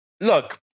Look